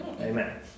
Amen